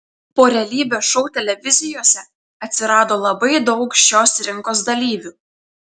po realybės šou televizijose atsirado labai daug šios rinkos dalyvių